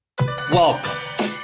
welcome